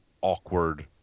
awkward